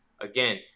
again